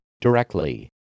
Directly